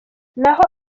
naho